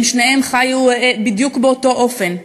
שניהם חיו בדיוק באותו אופן.